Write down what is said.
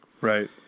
right